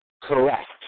correct